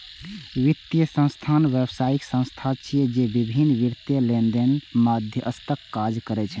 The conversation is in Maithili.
वित्तीय संस्थान व्यावसायिक संस्था छिय, जे विभिन्न वित्तीय लेनदेन लेल मध्यस्थक काज करै छै